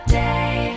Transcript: day